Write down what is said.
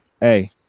hey